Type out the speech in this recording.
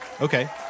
Okay